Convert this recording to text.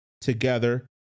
together